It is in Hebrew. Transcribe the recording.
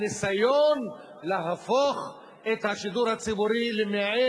הניסיון להפוך את השידור הציבורי למעין